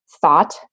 thought